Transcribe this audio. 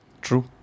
true